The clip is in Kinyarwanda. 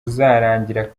uzarangira